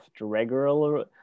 regular